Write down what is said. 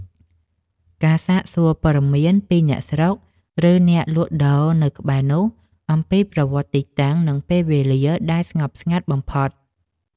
ការសាកសួរព័ត៌មានពីអ្នកស្រុក ឬអ្នកលក់ដូរនៅក្បែរនោះ អំពីប្រវត្តិទីតាំង និងពេលវេលាដែលស្ងប់ស្ងាត់បំផុត។